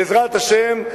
בעזרת השם,